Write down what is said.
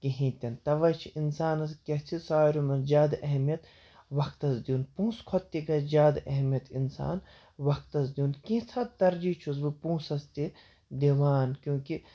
کِہیٖنٛۍ تہِ نہٕ تَوَے چھُ اِنسانَس کیٛاہ چھُ سارویو منٛز زیادٕ اہمیت وَقتَس دیُن پۅنٛسہٕ کھۄتہٕ تہِ گَژھِ زیادٕ اہمیت اِنسان وَقتَس دیُن کینٛژھا ترجیح چھُس بہٕ پۅنٛسَس تہِ دِوان کیوں کہِ